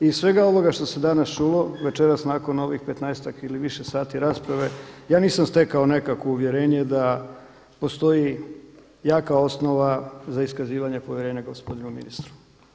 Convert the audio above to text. I iz svega ovoga što se danas čulo, večeras nakon ovih 15-ak ili više sati rasprave ja nisam stekao nekakvo uvjerenje da postoji jaka osnova za iskazivanje povjerenja gospodinu ministru.